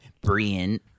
Brian